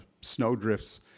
snowdrifts